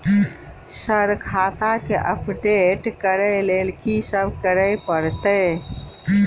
Sir खाता केँ update करऽ लेल की सब करै परतै?